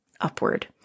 upward